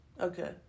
Okay